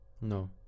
No